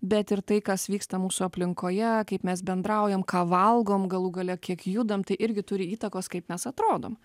bet ir tai kas vyksta mūsų aplinkoje kaip mes bendraujam ką valgom galų gale kiek judam tai irgi turi įtakos kaip mes atrodom